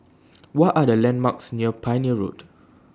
What Are The landmarks near Pioneer Road